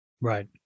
Right